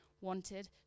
wanted